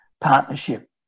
partnership